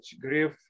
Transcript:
grief